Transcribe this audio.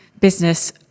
business